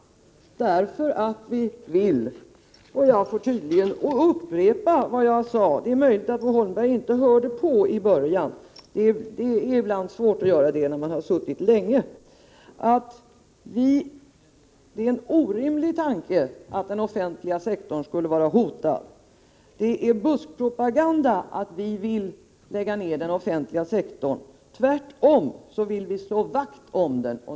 Jag får tydligen upprepa vad jag sade, för det är möjligt att Bo Holmberg inte hörde på i början. Det är ibland svårt att höra allt när man har suttit länge. Det är en orimlig tanke att den offentliga sektorn skulle vara hotad. Det är buskpropaganda att säga att vi vill lägga ner den offentliga sektorn. Tvärtom vill vi slå vakt om den.